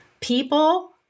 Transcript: people